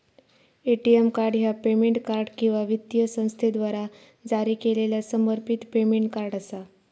ATM card ह्या payment card किंवा वित्तीय संस्थेद्वारा जारी केलेला समर्पित पेमेंट कार्ड असा